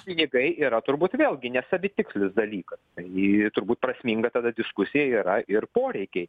pinigai yra turbūt vėlgi ne savitikslis dalykas tai turbūt prasminga tada diskusija yra ir poreikiai